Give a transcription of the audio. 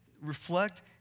reflect